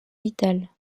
vital